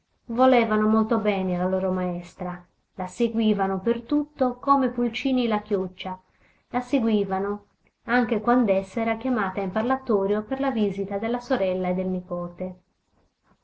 volevano molto bene alla loro maestra la seguivano per tutto come i pulcini la chioccia la seguivano anche quand'essa era chiamata in parlatorio per la visita della sorella e del nipote